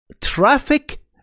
traffic